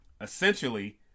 Essentially